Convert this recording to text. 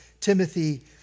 Timothy